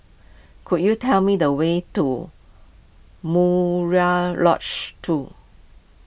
could you tell me the way to Murai Lodge two